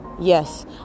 yes